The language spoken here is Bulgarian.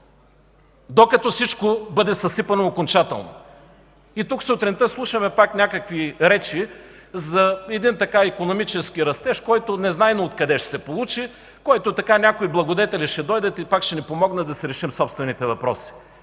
Докато всичко бъде съсипано окончателно! И тук сутринта слушаме пак някакви речи за икономически растеж, който незнайно откъде ще се получи, за който ще дойдат някои благодетели и пак ще ни помогнат да си решим собствените въпроси.